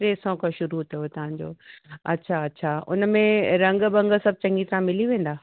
टे सौ खां शुरू अथव तव्हांजो अछा अछा उन में रंग ॿंग सभु चङी तरह मिली वेंदा